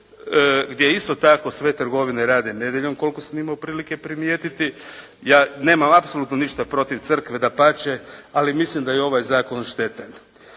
gdje isto tako sve trgovine rade nedjeljom koliko sam imao prilike primijetiti. Ja nemam apsolutno ništa protiv Crkve, dapače ali mislim da je ovaj zakon štetan.